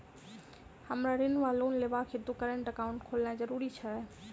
हमरा ऋण वा लोन लेबाक हेतु करेन्ट एकाउंट खोलेनैय जरूरी छै?